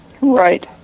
Right